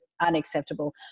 unacceptable